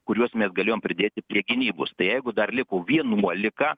kuriuos mes galėjom pridėti prie gynybos tai jeigu dar liko vienuolika